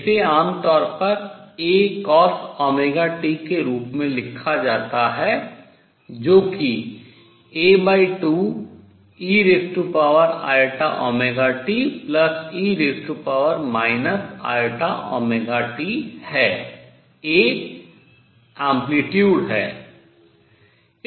इसे आमतौर पर के रूप में लिखा जाता है जो कि है A आयाम है